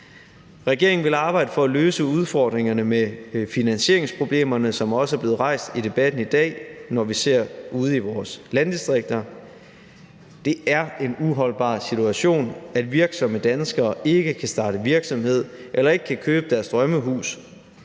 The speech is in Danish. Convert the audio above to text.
Regeringen vil arbejde for at løse udfordringerne med finansieringsproblemer, som også er blevet rejst i debatten i dag, ude i vores landdistrikter. Det er en uholdbar situation, at virksomme danskere ikke kan starte virksomhed eller ikke kan købe deres drømmehus,